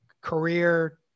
career